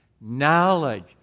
knowledge